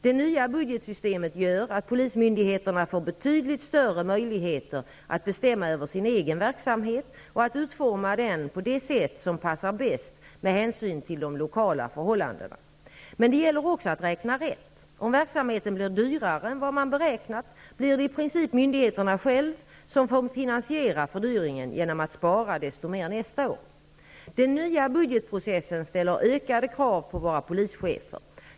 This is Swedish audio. Det nya budgetsystemet gör att polismyndigheterna får betydligt större möjligheter att bestämma över sin egen verksamhet och att utforma den på det sätt som passar bäst med hänsyn till de lokala förhållandena. Men det gäller också att räkna rätt! Om verksamheten blir dyrare än vad man beräknat, blir det i princip myndigheten själv som får finansiera fördyringen genom att spara desto mera nästa år. Den nya budgetprocessen ställer ökade krav på våra polischefer.